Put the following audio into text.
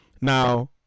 Now